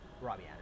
Robbie